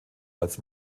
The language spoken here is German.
als